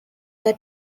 were